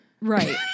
Right